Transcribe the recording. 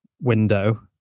window